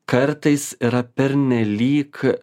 kartais yra pernelyg